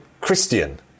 Christian